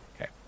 Okay